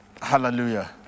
Hallelujah